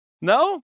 No